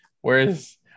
Whereas